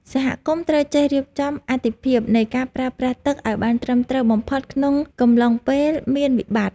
សហគមន៍ត្រូវចេះរៀបចំអាទិភាពនៃការប្រើប្រាស់ទឹកឱ្យបានត្រឹមត្រូវបំផុតក្នុងកំឡុងពេលមានវិបត្តិ។